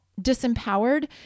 disempowered